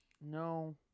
No